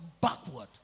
backward